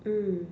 mm